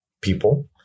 people